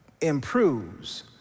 improves